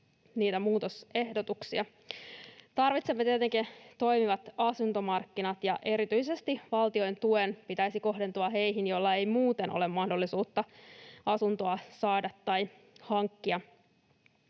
Tarvitsemme tietenkin toimivat asuntomarkkinat, ja erityisesti valtion tuen pitäisi kohdentua heihin, joilla ei muuten ole mahdollisuutta asuntoa saada tai hankkia.